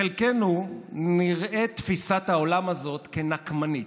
לחלקנו נראית תפיסת העולם הזאת כנקמנית,